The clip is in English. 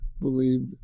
believed